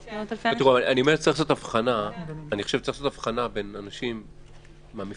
אני חושב שצריך לעשות הבחנה בין אנשים מהמפלגות,